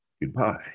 goodbye